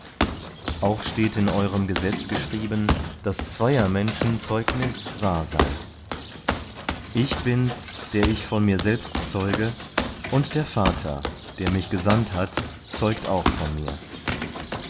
auch steht in eurem gesetz geschrieben daß zweier menschen zeugnis wahr sei ich bin's der ich von mir selbst zeuge und der vater der mich gesandt hat zeugt auch von mir